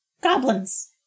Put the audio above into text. goblins